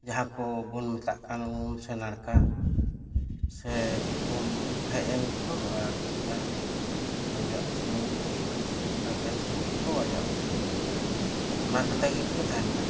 ᱡᱟᱦᱟᱸ ᱠᱚᱵᱚᱱ ᱢᱮᱛᱟᱜ ᱠᱟᱱ ᱩᱢ ᱥᱮ ᱱᱟᱲᱠᱟ ᱥᱮ ᱩᱢ ᱦᱮᱡ ᱮᱱ ᱜᱮᱠᱚ ᱟᱨ ᱛᱷᱚᱲᱟ ᱚᱡᱚᱜ ᱥᱩᱱᱩᱢ ᱥᱮ ᱱᱟᱲᱠᱮᱞ ᱥᱩᱱᱩᱢ ᱜᱮᱠᱚ ᱚᱡᱚᱜ ᱠᱮᱫ ᱜᱮ ᱚᱱᱟ ᱠᱚᱛᱮ ᱜᱮᱠᱚ ᱛᱟᱦᱮᱱ ᱠᱟᱱ ᱛᱟᱦᱮᱱᱟ